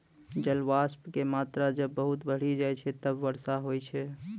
जलवाष्प के मात्रा जब बहुत बढ़ी जाय छै तब वर्षा होय छै